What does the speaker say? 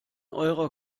eurer